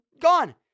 gone